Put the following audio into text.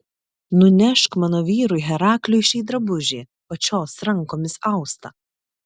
nunešk mano vyrui herakliui šį drabužį pačios rankomis austą